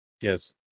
Yes